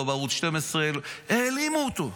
לא בערוץ 12. העלימו אותו.